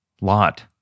Lot